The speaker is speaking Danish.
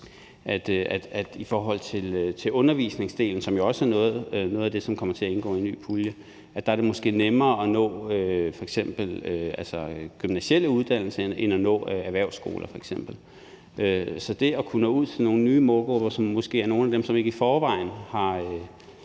at i forhold til undervisningsdelen, som jo også er noget af det, som kommer til at indgå i en ny pulje, er det måske nemmere at nå f.eks. gymnasiale uddannelser end at nå f.eks. erhvervsskoler. Så det at kunne nå ud til nogle nye målgrupper, som måske er nogle af dem, som ikke i forvejen har